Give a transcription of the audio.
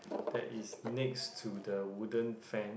that is next to the wooden fan